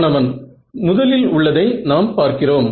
மாணவன் முதலில் உள்ளதை நாம் பார்க்கிறோம்